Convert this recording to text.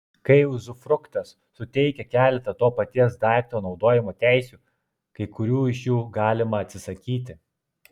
kai uzufruktas suteikia keletą to paties daikto naudojimo teisių kai kurių iš jų galima atsisakyti